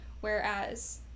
whereas